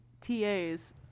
TA's